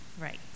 Right